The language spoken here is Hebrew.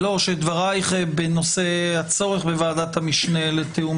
דברייך בנושא הצורך בוועדת המשנה לתיאום